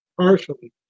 partially